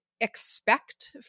Expect